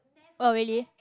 oh really